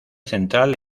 central